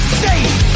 state